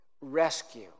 rescue